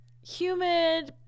humid